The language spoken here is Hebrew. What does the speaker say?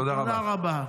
תודה רבה.